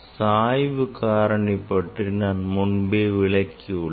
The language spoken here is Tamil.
சாய்வு காரணி பற்றி நான் முன்பே விளக்கியுள்ளேன்